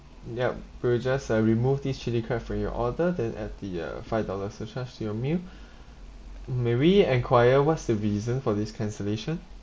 yup we'll just uh remove this chilli crab from your order then add the uh five dollars surcharge to your meal may we enquire what's the reason for this cancellation